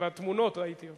ובתמונות ראיתי אותו.